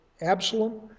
Absalom